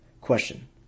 Question